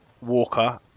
Walker